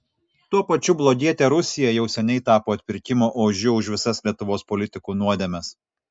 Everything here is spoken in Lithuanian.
tuo pačiu blogietė rusija jau seniai tapo atpirkimo ožiu už visas lietuvos politikų nuodėmes